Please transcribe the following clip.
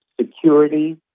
security